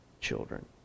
children